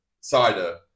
cider